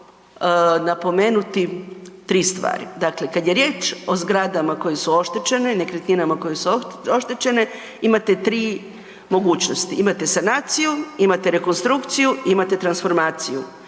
malo napomenuti, tri stvari. Dakle kad je riječ o zgradama koje su oštećene, nekretninama koje su oštećene, imate 3 mogućnosti, imate sanaciju, imate rekonstrukciju i imate transformaciju